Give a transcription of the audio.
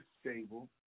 stable